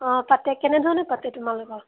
অঁ পাতে কেনেধৰণে পাতে তোমালোকৰ